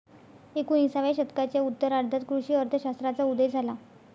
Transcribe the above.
एकोणिसाव्या शतकाच्या उत्तरार्धात कृषी अर्थ शास्त्राचा उदय झाला